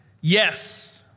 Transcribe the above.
yes